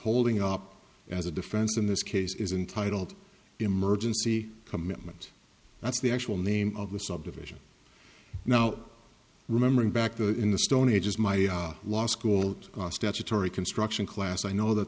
holding up as a defense in this case is entitled emergency commitment that's the actual name of the subdivision now remembering back to in the stone ages my law school cost as a tory construction class i know that